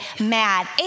mad